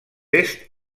est